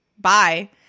Bye